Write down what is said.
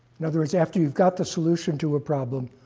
in other words, after you've got the solution to a problem,